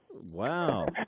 Wow